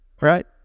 Right